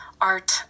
art